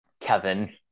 Kevin